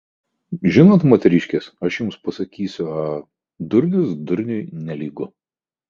žinot moteriškės aš jums pasakysiu a durnius durniui nelygu